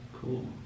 cool